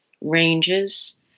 ranges